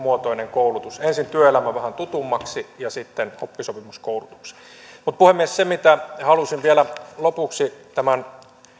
koulutus ensin työelämä vähän tutummaksi ja sitten oppisopimuskoulutukseen puhemies se mitä halusin vielä lopuksi tämän